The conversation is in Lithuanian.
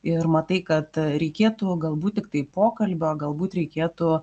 ir matai kad reikėtų galbūt tiktai pokalbio galbūt reikėtų